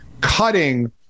cutting